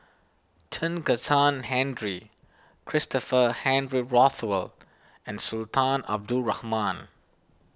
Chen Kezhan Henri Christopher Henry Rothwell and Sultan Abdul Rahman